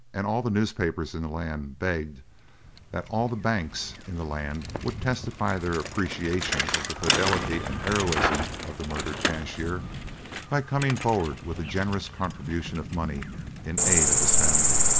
and all the newspapers in the land begged that all the banks in the land would testify their appreciation of the fidelity and heroism of the murdered cashier by coming forward with a generous contribution of money in aid of his family,